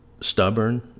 stubborn